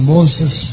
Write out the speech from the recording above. Moses